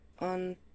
on